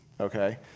okay